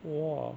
!wah!